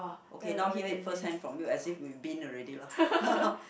okay now hear it firsthand from you as if we've been already lah